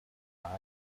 dried